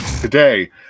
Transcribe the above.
Today